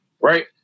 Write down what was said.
right